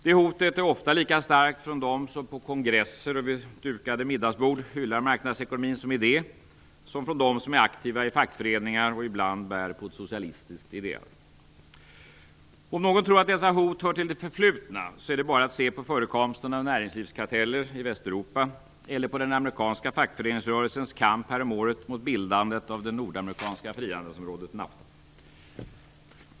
Det hotet är ofta lika starkt från dem som på kongresser och vid dukade middagsbord hyllar marknadsekonomin som idé som från dem som är aktiva i fackföreningar och ibland bär på ett socialistiskt idéarv. Om någon tror att dessa hot hör till det förflutna är det bara att se på förekomsten av näringslivskarteller i Västeuropa eller på den amerikanska fackföreningsrörelsens kamp häromåret mot bildandet av det nordamerikanska frihandelsområdet NAFTA.